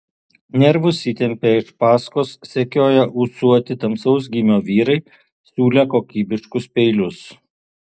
nervus įtempė iš paskos sekioję ūsuoti tamsaus gymio vyrai siūlę kokybiškus peilius